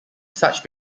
such